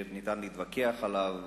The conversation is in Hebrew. ניתן להתווכח עליו,